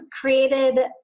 created